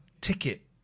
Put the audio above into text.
ticket